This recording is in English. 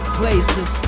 places